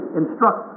instruct